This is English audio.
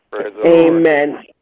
Amen